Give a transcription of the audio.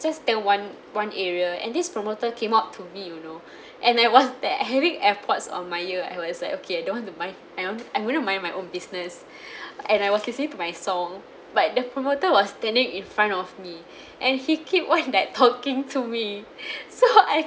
just that one one area and this promoter came up to me you know and I was there having airpods on my ear I was like okay I don't want to mind I want I want to mind my own business and I was listening to my song but the promoter was standing in front of me and he keep on like talking to me so I